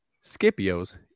Scipio's